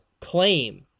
claim